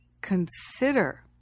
consider